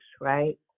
right